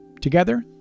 Together